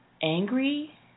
angry